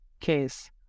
case